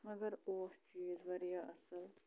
مگر اوس چیٖز واریاہ اَصٕل